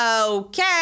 okay